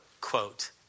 quote